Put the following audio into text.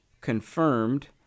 confirmed